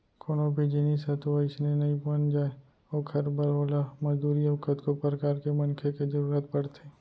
कोनो भी जिनिस ह तो अइसने नइ बन जाय ओखर बर ओला मजदूरी अउ कतको परकार के मनखे के जरुरत परथे